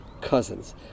cousins